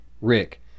Rick